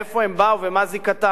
מאיפה הם באו ומה זיקתם.